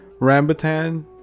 Rambutan